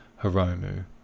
Hiromu